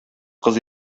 кыз